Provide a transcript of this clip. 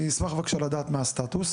אני אשמח, בבקשה, לדעת מה הסטטוס